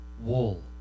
wool